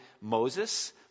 Moses